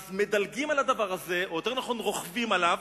אז מדלגים על הדבר הזה, או יותר נכון רוכבים עליו,